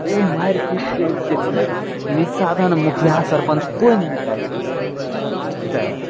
ओहि मारि पीटके जे छै निषसाधन मुखिया सरपंच कोइ नहि निकालि पैलक तऽ